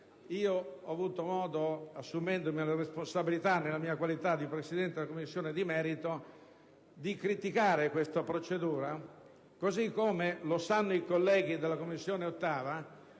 ho avuto modo, assumendomene la responsabilità nella mia qualità di Presidente della Commissione di merito, di criticare questa procedura, così come è avvenuto - lo sanno i colleghi dell'8a Commissione - tutte